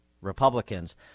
Republicans